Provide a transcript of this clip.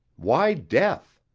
why death?